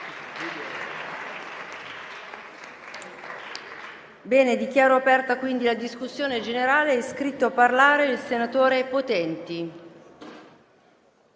Dichiaro aperta la discussione generale. È iscritto a parlare il senatore Potenti.